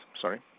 sorry